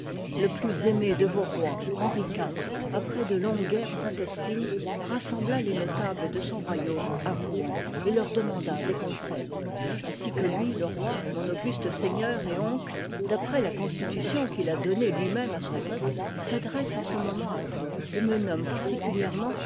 le plus aimé de vos rois henri iv après de longues guerres intestines rassembla les notables de son royaume à rouen et leur demanda des conseils ainsi que lui le roi mon auguste sein gneur et oncle d'après la constitution qu'il a donnée lui-même à son peuple s'adresse en ce moment à vous et me nomme particulièrement